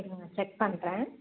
இருங்க செக் பண்ணுறேன்